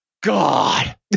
God